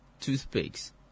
toothpicks